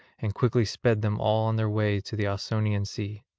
and quickly sped them all on their way to the ausonian sea.